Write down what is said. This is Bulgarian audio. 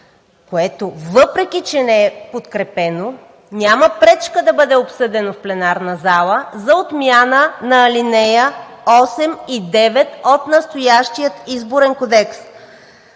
което въпреки че не е подкрепено, няма пречка да бъде обсъдено в пленарната зала за отмяна на ал. 8 и 9 от настоящия Изборен кодекс.